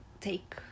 take